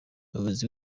umuyobozi